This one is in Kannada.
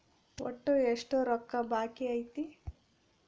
ಒಟ್ಟು ಎಷ್ಟು ರೊಕ್ಕ ಬಾಕಿ ಐತಿ?